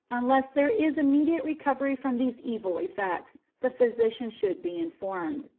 unless there is immediate recovery from these evil effects, the physician should be informed.